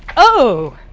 oh,